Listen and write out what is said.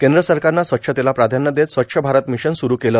कद्र सरकारन स्वच्छतेला प्राधान्य देतस्वच्छ भारत रिमशन सुरू केले